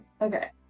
okay